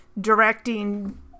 directing